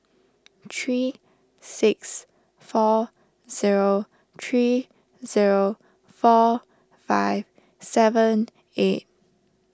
three six four zero three zero four five seven eight